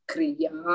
Kriya